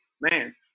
man